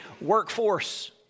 workforce